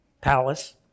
palace